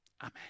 Amen